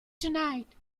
tonight